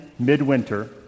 Midwinter